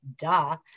duh